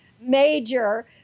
major